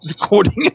recording